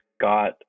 got